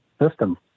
system